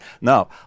Now